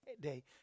day